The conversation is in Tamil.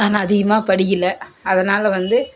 நான் அதிகமாக படிக்கல அதனால வந்து